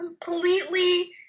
completely